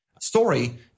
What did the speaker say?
story